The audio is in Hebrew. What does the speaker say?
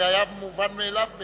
זה היה מובן מאליו בעיני.